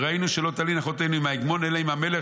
וראינו שלא תלין אחותנו עם ההגמון אלא עם המלך,